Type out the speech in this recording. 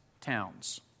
towns